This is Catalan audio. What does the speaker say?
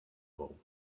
bou